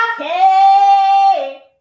Okay